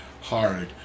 hard